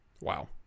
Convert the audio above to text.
Wow